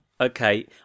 okay